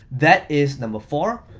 that is number four.